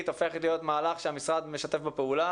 הופכת להיות מהלך שהמשרד משתף בו פעולה,